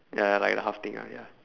ya like the half thing ah ya